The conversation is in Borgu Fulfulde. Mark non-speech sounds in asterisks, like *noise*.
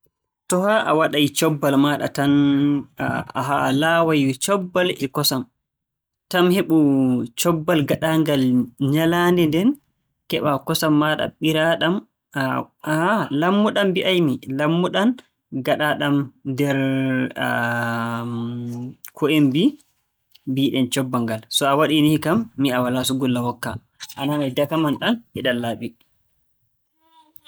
*noise* To haa a waɗay cobbal maaɗa tan, *hesitation* a laaway cobbal e kosam. Tan heɓu cobbal gaɗaangal nyalaande nden, keɓaa kosam maaɗa ɓiraaɗam *hesitation* lammuɗam mbi'aymi, lammuɗam ngaɗaa-ɗam nder, *hesitation* ko en mbii? Mbiiɗen cobbal ngal. So a waɗii ni kam, mi yi'a walaa sungulla wokka, *noise* a nanay dakamman ɗam e laaɓi.